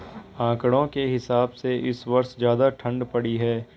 आंकड़ों के हिसाब से इस वर्ष ज्यादा ठण्ड पड़ी है